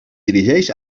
dirigeix